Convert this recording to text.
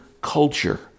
culture